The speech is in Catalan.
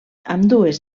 ambdues